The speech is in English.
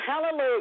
hallelujah